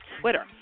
twitter